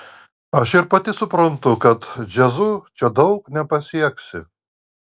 aš ir pati suprantu kad džiazu čia daug nepasieksi